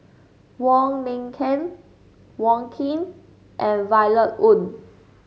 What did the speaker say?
Wong Lin Ken Wong Keen and Violet Oon